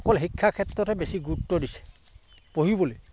অকল শিক্ষা ক্ষেত্ৰতহে বেছি গুৰুত্ব দিছে পঢ়িবলৈ